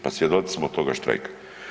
Pa svjedoci smo toga štrajka.